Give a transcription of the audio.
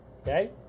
Okay